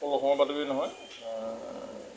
অকল অসমৰ বাতৰি নহয়